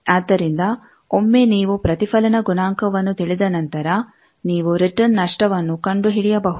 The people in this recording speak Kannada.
ಆದ್ದರಿಂದ ಒಮ್ಮೆ ನೀವು ಪ್ರತಿಫಲನ ಗುಣಾಂಕವನ್ನು ತಿಳಿದ ನಂತರ ನೀವು ರಿಟರ್ನ್ ನಷ್ಟವನ್ನು ಕಂಡುಹಿಡಿಯಬಹುದು